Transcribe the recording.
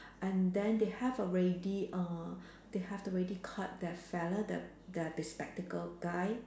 and then they have already uh they have already caught that fellow the the bespectacled guy